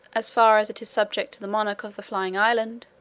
as far as it is subject to the monarch of the flying island,